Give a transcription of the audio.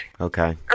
Okay